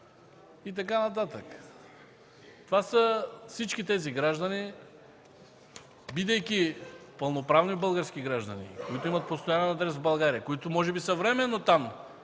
и така нататък. Това са всички тези граждани, бидейки пълноправни български граждани, които имат постоянен адрес в България, които може би са временно там,